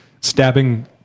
stabbing